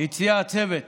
הציע הצוות